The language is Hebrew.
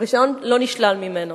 הרשיון לא נשלל ממנו.